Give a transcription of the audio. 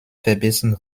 verbessern